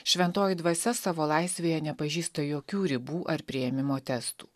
šventoji dvasia savo laisvėje nepažįsta jokių ribų ar priėmimo testų